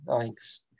thanks